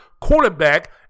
quarterback